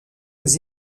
aux